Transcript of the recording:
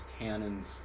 tannins